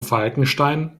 falkenstein